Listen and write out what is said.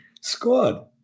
squad